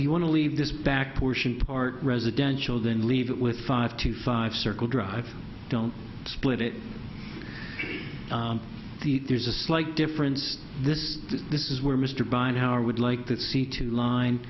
you want to leave this back portion part residential then leave it with five to five circle drive don't split it the there's a slight difference this this is where mr buy now or would like to see two line